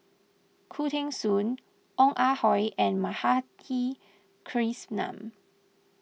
Khoo Teng Soon Ong Ah Hoi and Madhavi Krishnan